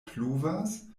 pluvas